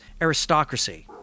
aristocracy